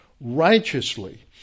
righteously